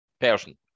person